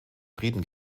frieden